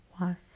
wife